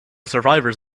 survivors